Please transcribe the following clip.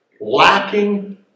lacking